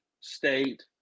State